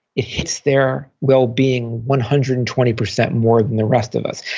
it hits their wellbeing one hundred and twenty percent more than the rest of us.